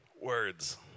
words